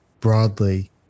broadly